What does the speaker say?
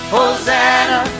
Hosanna